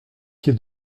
quai